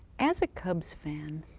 as a cubs' fan,